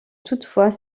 toutefois